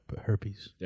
herpes